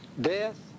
death